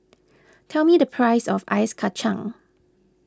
tell me the price of Ice Kacang